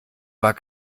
war